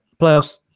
playoffs